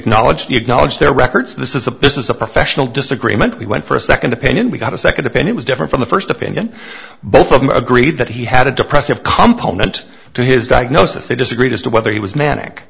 acknowledged their records this is a business a professional disagreement we went for a second opinion we got a second opinion was different from the first opinion both of them agreed that he had a depressive compliment to his diagnosis they disagreed as to whether he was manic